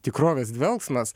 tikrovės dvelksmas